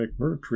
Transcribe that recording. mcmurtry